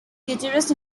guitarist